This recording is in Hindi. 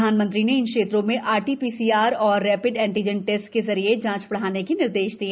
प्रधानमंत्री ने इन क्षेत्रों ने आरटी पीसीआर और रेपिड एंटीजन टेस्ट के जरिये जांच बढ़ाने के निर्देश दिए